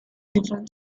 different